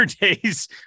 days